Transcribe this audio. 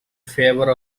favour